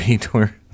tour